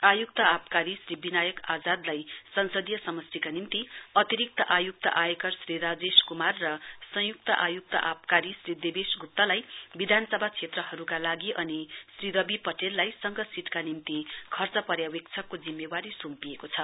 आयुक्त आवकारी श्री विनायक आजादलाई संसदीय समस्टिका निम्ति अतिरिक्त आयुक्त आयकर श्री राजेश कुमार र संयुक्त आयुक्त आविकारी क्षी देबेश गुप्तालाई विधानसभा क्षेत्रहरुको लागि अनि श्री रबि पटेललाई संघ सीटका निम्ति खर्चा पर्यावेक्षकको जिम्मेवारी सुम्पिएको छ